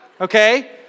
okay